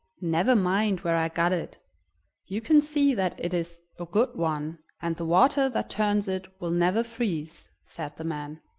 never mind where i got it you can see that it is a good one, and the water that turns it will never freeze, said the man.